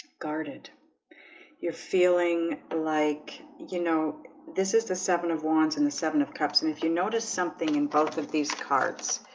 guarded you're feeling like you know this is the seven of wands and the seven of cups. and if you notice something in both of these cards